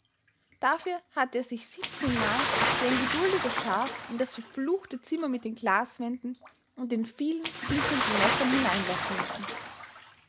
dafür hatte er sich siebzehnmal wie ein geduldiges schaf in das verfluchte zimmer mit den glaswänden und den vielen blitzenden messern hineinlocken lassen